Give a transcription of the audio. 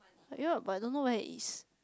like you know but I don't know where it is